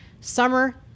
summer